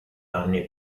anni